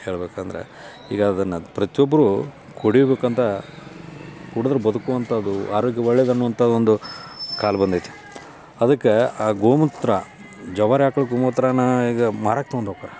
ಹೇಳಬೇಕಂದ್ರೆ ಈಗ ಅದನ್ನು ಪ್ರತಿಯೊಬ್ಬರೂ ಕುಡಿಯಬೇಕಂಥ ಕುಡಿದ್ರ್ ಬದುಕುವಂಥದ್ದು ಆರೋಗ್ಯ ಒಳ್ಳೇದು ಅನ್ನುವಂಥ ಒಂದು ಕಾಲ ಬಂದೈತಿ ಅದಕ್ಕೆ ಆ ಗೋಮೂತ್ರ ಜವಾರಿ ಆಕ್ಳು ಗೋಮೂತ್ರನ್ನ ಈಗ ಮಾರಕ್ಕೆ ತೊಗೊಂಡ್ ಹೋಕಾರ